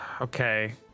Okay